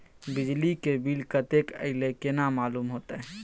बिजली के बिल कतेक अयले केना मालूम होते?